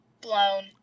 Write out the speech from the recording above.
Blown